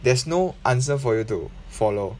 there's no answer for you to follow